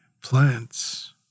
plants